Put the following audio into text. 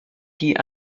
die